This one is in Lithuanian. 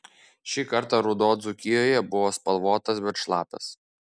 šį kartą ruduo dzūkijoje buvo spalvotas bet šlapias